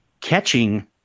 catching